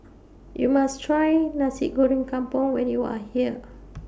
YOU must Try Nasi Goreng Kampung when YOU Are here